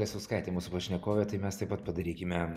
lesauskaitė mūsų pašnekovė tai mes taip pat padarykime